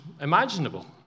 imaginable